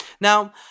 Now